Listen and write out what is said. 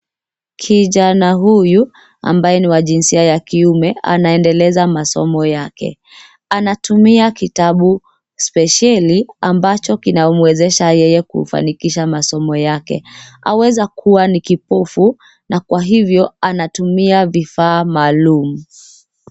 Kijana huyu ambaye ni wajinsia ya kiume anaendeleza masomo yake anatumia kitabu spesheli ambacho kinamwezesha yeye kufanikisha masomo yake. Aweza kuwa ni kipofu na kwa hivyo anatumia vifaa maalum.